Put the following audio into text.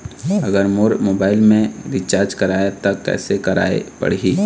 अगर मोर मोबाइल मे रिचार्ज कराए त कैसे कराए पड़ही?